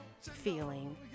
feeling